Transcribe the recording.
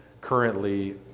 currently